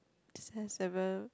this has ever